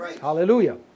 Hallelujah